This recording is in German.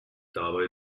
dabei